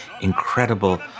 incredible